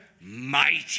mighty